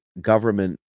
Government